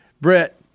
Brett